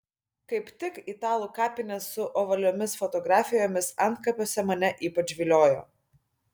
kaip tik italų kapinės su ovaliomis fotografijomis antkapiuose mane ypač viliojo